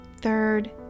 third